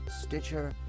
Stitcher